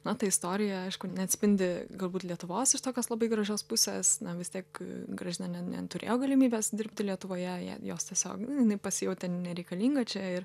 na ta istorija aišku neatspindi galbūt lietuvos iš tokios labai gražios pusės na vis tiek gražina ne neturėjo galimybės dirbti lietuvoje ją jos tiesiog nu jinai pasijautė nereikalinga čia ir